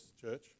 church